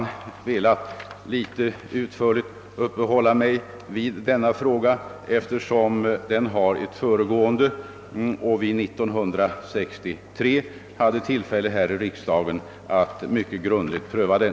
Jag har förhållandevis utförligt velat uppehålla mig vid denna fråga, eftersom den har ett förflutet och eftersom vi 1963 hade tillfälle att här i riksdagen mycket grundligt pröva den.